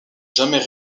jamais